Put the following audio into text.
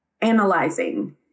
analyzing